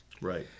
Right